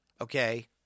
Okay